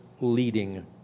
leading